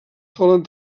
solen